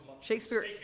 Shakespeare